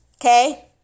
Okay